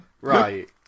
Right